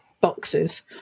boxes